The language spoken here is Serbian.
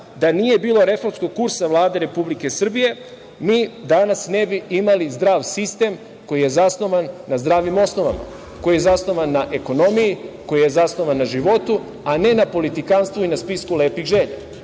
da nije bilo reformskog kursa Vlade Republike Srbije mi danas ne bi imali zdrav sistem koji je zasnovan na zdravim osnovama, koji je zasnovan na ekonomiji, koji je zasnovan na životu, a ne na politikanstvu i na spisku lepih želja.